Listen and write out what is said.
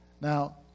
Now